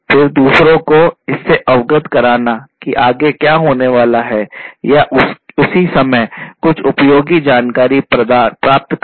फिर दूसरों को इससे अवगत कराना कि आगे क्या होने वाला है या उसी समय कुछ उपयोगी जानकारी प्राप्त करना